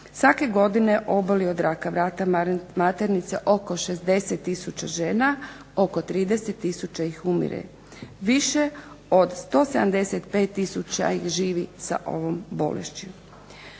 svake godine oboli od raka vrata maternice oko 60 tisuća žena, oko 30 tisuća ih umire. Više od 175 tisuća ih živi sa ovom bolešću.